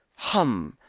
hum!